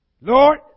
Lord